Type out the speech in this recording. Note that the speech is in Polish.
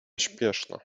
śpieszno